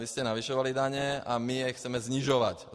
Vy jste navyšovali daně, a my je chceme snižovat.